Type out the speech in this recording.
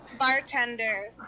Bartender